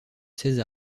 seize